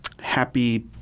happy